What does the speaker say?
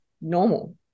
normal